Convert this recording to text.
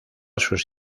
sus